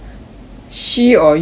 she or you